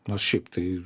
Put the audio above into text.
nors šiaip tai